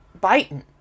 biting